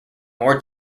more